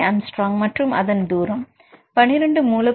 5 A மற்றும் அதன் தூரம் 12 மூலக்கூறுகள் எனில்nji 1